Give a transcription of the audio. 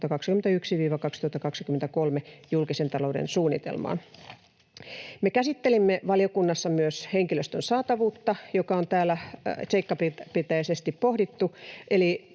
2021—2023 julkisen talouden suunnitelmaan. Me käsittelimme valiokunnassa myös henkilöstön saatavuutta, jota on täällä seikkaperäisesti pohdittu,